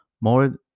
more